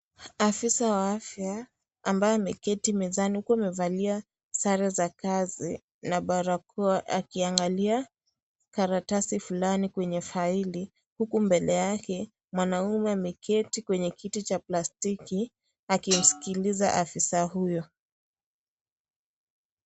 Afisa wa afya ambaye ameketi mezani huku amevalia sare za kazi na barakoa. Akiangalia karatasi fulani kwenye faili. Huku mbele yake mwanaume ameketi kwenye kiti cha plastiki. Akimsikiliza afisa huyo.